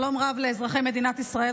שלום רב לאזרחי מדינת ישראל.